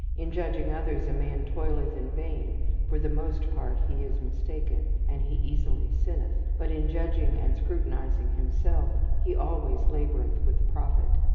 in judging others, a man toileth in vain for the most part he is mistaken, and he easily sinneth but in judging and scrutinizing himself, he always laboureth with profit,